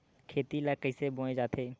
खेती ला कइसे बोय जाथे?